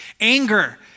anger